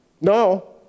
No